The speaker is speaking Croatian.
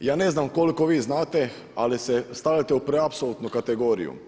Ja ne znam koliko vi znate ali se stavljate u preapsolutnu kategoriju.